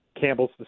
Campbell's